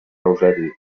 eusebi